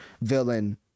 villain